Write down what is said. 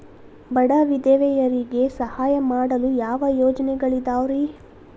ಬಡ ವಿಧವೆಯರಿಗೆ ಸಹಾಯ ಮಾಡಲು ಯಾವ ಯೋಜನೆಗಳಿದಾವ್ರಿ?